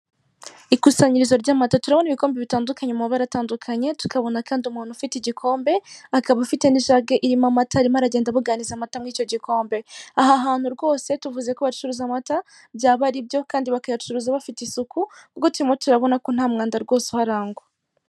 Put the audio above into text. Ikusanyirizo ry'amata, turabona ibikombe bitandukanye mumabara atandukanye tukabona kandi umuntu ufite igikombe akaba afite n'ijage irimo amata arimo aragenda abuganiriza amata muri icyo gikombe. Aha hantu rwose tuvuze ko bacuruza amata byaba ari ibyo kandi bakayacuruza bafite isuku kuko turimo turabona ko nta mwanda rwose uharangwa.